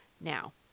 now